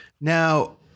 now